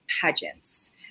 pageants